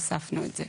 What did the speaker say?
הוספנו את זה.